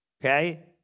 okay